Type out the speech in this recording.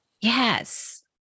Yes